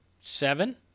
seven